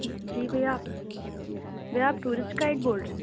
جی بھیا بھیا آپ ٹورسٹ گائیڈ بول رہے ہیں